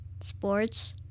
sports